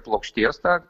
plokštės ta